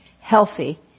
healthy